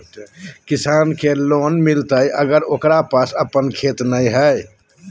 किसान के लोन मिलताय अगर ओकरा पास अपन खेत नय है?